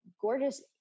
gorgeous